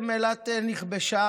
אילת נכבשה